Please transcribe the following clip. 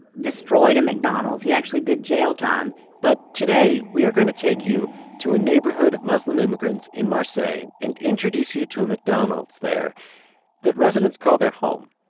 destroyed a mcdonald's. he actually did jail time but today we are going to take you to a neighborhood of muslim immigrants in marseille and and introduce you to a mcdonald's there that residents call their home,